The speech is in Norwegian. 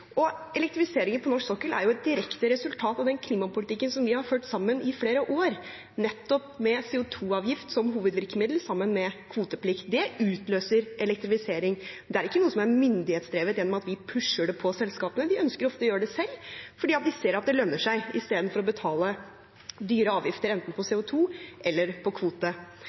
Og elektrifiseringen på norsk sokkel er jo et direkte resultat av den klimapolitikken som vi har ført sammen i flere år nettopp med CO 2 -avgift som hovedvirkemiddel sammen med kvoteplikt. Det utløser elektrifisering. Det er ikke noe som er myndighetsdrevet gjennom at vi pusher det på selskapene, de ønsker ofte å gjøre det selv fordi de ser at det lønner seg i stedet for å betale dyre avgifter enten på CO 2 eller på